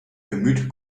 bemüht